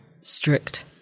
strict